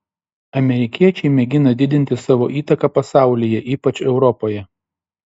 amerikiečiai mėgina didinti savo įtaką pasaulyje ypač europoje